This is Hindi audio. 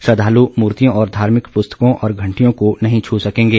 श्रद्वालु मूर्तियों और धार्मिक पुस्तकों और घटियों को नहीं छू सकेंगे